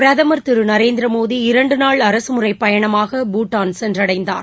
பிரதமர் திரு நரேந்திரமோடி இரண்டு நாள் அரசுமுறைப் பயணமாக பூட்டான் சென்றடைந்தார்